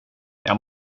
jag